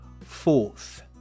Fourth